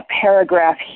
paragraph